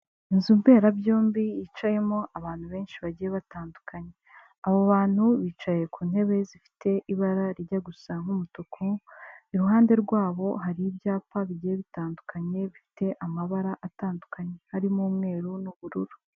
Inzu mberabyombi yicayemo abantu benshi bagiye batandukanye, abo bantu bicaye ku ntebe zifite ibara rijya gusa nk'umutuku, iruhande rwabo hari ibyapa bigiye bitandukanye bifite amabara atandukanye harimo umweru n'ubururu.